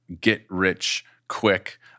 get-rich-quick